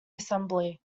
assembly